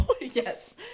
yes